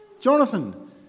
Jonathan